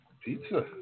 Pizza